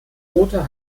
roter